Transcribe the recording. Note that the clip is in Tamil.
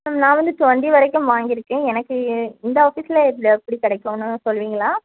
மேம் நான் வந்து டுவென்ட்டி வரைக்கும் வாங்கியிருக்கேன் எனக்கு இந்த ஆஃபிஸில் இது எப்படி கிடைக்குன்னு சொல்வீங்களா